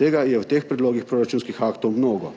Tega je v teh predlogih proračunskih aktov mnogo.